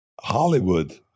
Hollywood